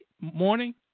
morning